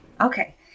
Okay